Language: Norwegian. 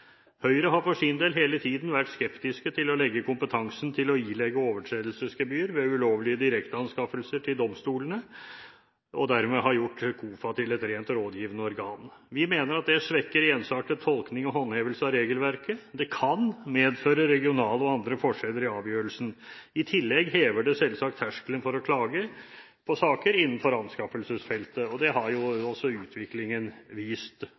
Høyre har for sin del hele tiden vært skeptisk til å legge kompetansen til å ilegge overtredelsesgebyr ved ulovlige direkteanskaffelser til domstolene og dermed gjøre KOFA til et rent rådgivende organ. Vi mener at det svekker en ensartet tolkning og håndhevelse av regelverket. Det kan medføre regionale og andre forskjeller i avgjørelsen. I tillegg hever det selvsagt terskelen for å klage på saker innenfor anskaffelsesfeltet, og det har jo også utviklingen vist